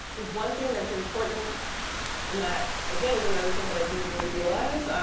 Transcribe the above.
one thing that's important and that again is another thing that i didn't really realize